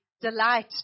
delight